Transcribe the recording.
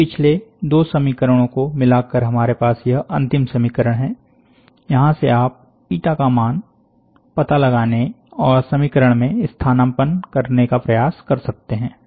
इन पिछले दो समीकरणों को मिलाकर हमारे पास यह अंतिम समीकरण है यहां से आप एटा का मान का पता लगाने और समीकरण में स्थानापन्न करने का प्रयास कर सकते हैं